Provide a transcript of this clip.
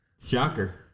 Shocker